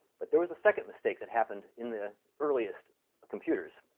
but there was a second mistake that happened in the earliest computers.